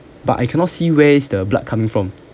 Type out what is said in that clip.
but I cannot see where is the blood coming from